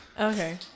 Okay